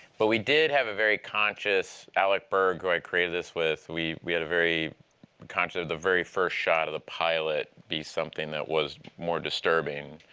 but we did have a very conscious alec berg, who i created this with we we had a very conscious of the very first shot of the pilot be something that was more disturbing,